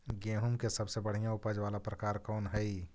गेंहूम के सबसे बढ़िया उपज वाला प्रकार कौन हई?